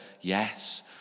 yes